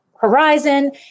horizon